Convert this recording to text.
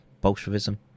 Bolshevism